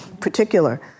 particular